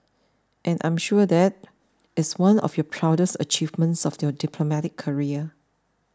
and I'm sure that is one of your proudest achievements of your diplomatic career